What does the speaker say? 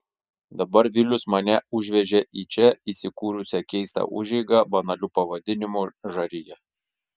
dabar vilius mane užvežė į čia įsikūrusią keistą užeigą banaliu pavadinimu žarija